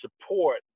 support